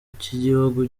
cy’igihugu